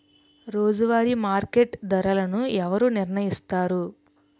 రోజువారి మార్కెట్ ధరలను ఎవరు నిర్ణయిస్తారు?